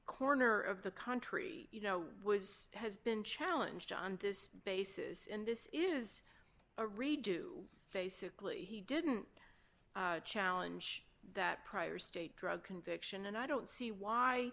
corner of the country you know was has been challenged on to this basis and this is a redo basically he didn't challenge that prior state drug conviction and i don't see